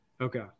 Okay